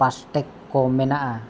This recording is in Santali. ᱯᱟᱥ ᱴᱮᱠ ᱠᱚ ᱢᱮᱱᱟᱜᱼᱟ